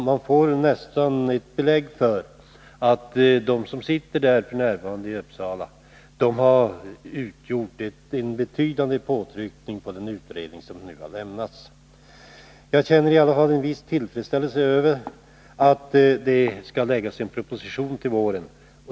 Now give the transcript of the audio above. Man får nästan ett belägg för att de som f. n. sitter i Uppsala har utövat en betydande påtryckning på den utredning som nu har avlämnats. Jag känner i alla fall en viss tillfredsställelse över att det kommer att framläggas en proposition till våren.